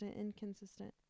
Inconsistent